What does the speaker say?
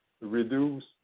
reduce